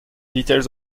details